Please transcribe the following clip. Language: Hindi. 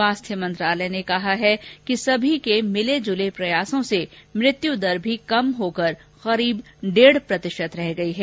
स्वास्थ्य मंत्रालय ने कहा है कि सभी के भिलेजुले प्रयासों से मृत्यु दर भी कम होकर लगभग डेढ़ प्रतिशत रह गई है